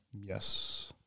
Yes